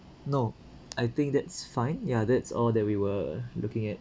no I think that's fine ya that's all that we were looking at